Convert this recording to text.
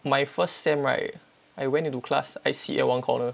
my first sem right I went into class I sit at one corner